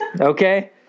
Okay